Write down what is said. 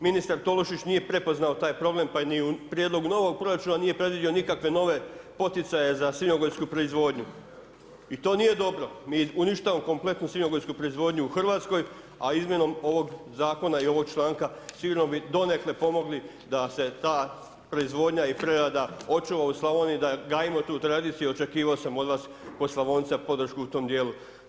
Ministar Tolušić nije prepoznao taj problem, pa ni u Prijedlogu novog proračuna, nije predvidio nikakve nove poticaje za svinjogojsku proizvodnju, i to nije dobro, mi uništavamo kompletnu svinjogojsku proizvodnju u Hrvatskoj, a izmjenom ovog Zakona i ovog članka sigurno bi donekle pomogli da se ta proizvodnja i prerada očuva u Slavoniji, da gajimo tu tradiciju, očekiv'o sam od vas k'o Slavonca podršku u tom dijelu.